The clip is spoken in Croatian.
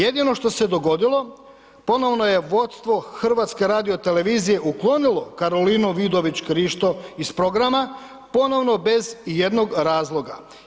Jedino što se dogodilo ponovno je vodstvo HRT-a uklonilo Karolinu Vidović Krišto iz programa, ponovno bez ijednog razloga.